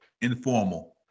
Informal